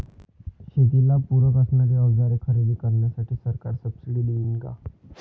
शेतीला पूरक असणारी अवजारे खरेदी करण्यासाठी सरकार सब्सिडी देईन का?